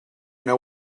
know